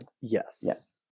Yes